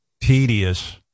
tedious